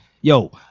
Yo